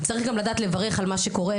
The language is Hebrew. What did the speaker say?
צריך גם לדעת לברך על מה שקורה,